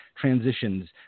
transitions